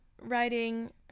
writing